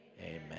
Amen